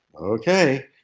okay